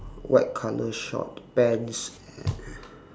white colour short pants and